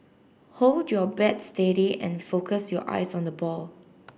hold your bat steady and focus your eyes on the ball